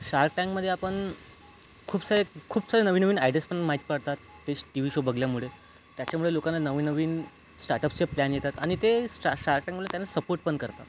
shark टँकमध्ये आपण खूप सारे खूप सारे नवीन नवीन आयडियाज् पण माहीत पडतात ते टी व्ही शो बघल्यामुळे त्याच्यामुळे लोकांना नवीन नवीन स्टार्टअपचे प्लॅन येतात आणि ते शार्क टँकमध्ये त्यांना सपोर्ट पण करतात